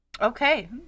Okay